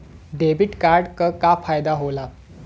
Debit card क का फायदा हो ला?